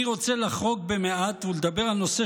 אני רוצה לחרוג במעט ולדבר על נושא